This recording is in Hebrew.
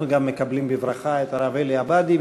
אנחנו גם מקבלים בברכה את הרב אלי עבאדי,